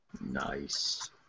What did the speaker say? Nice